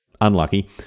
unlucky